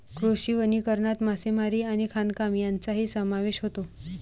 कृषी वनीकरणात मासेमारी आणि खाणकाम यांचाही समावेश होतो